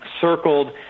circled